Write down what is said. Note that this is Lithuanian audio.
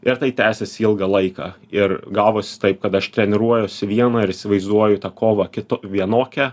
ir tai tęsės ilgą laiką ir gavosi taip kad aš treniruojuosi vieną ir įsivaizduoju tą kovą kitu vienokią